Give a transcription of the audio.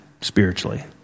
spiritually